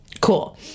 Cool